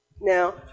Now